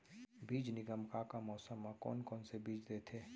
बीज निगम का का मौसम मा, कौन कौन से बीज देथे?